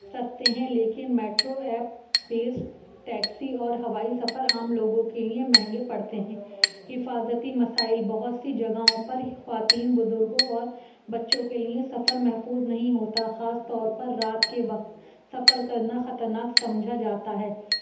سستے ہیں لیکن میٹرو ایپ بیسڈ ٹیکسی اور ہوائی سفر عام لوگوں کے لیے مہنگے پڑتے ہیں حفاظتی مسائل بہت سی جگہوں پر خواتین بزرگوں اور بچوں کے لیے سفر محفوظ نہیں ہوتا خاص طور پر رات کے وقت سفر کرنا خطرناک سمجھا جاتا ہے